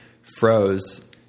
froze